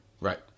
Right